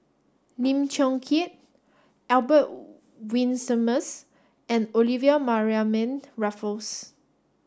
Lim Chong Keat Albert Winsemius and Olivia Mariamne Raffles